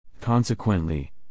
Consequently